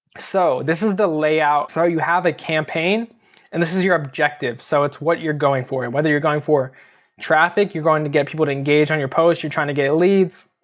so this is the layout, so you have a campaign and this is your objective. so it's what you're going for, and whether you're going for traffic, you're going to get people engaged on your post, you're trying to get leads.